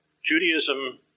Judaism